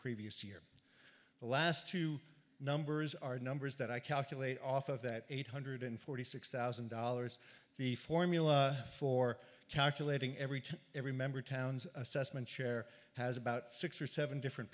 previous year the last two numbers are numbers that i calculate off of that eight hundred forty six thousand dollars the formula for calculating every every member towns assessment chair has about six or seven different